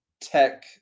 tech